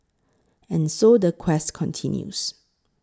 and so the quest continues